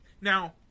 now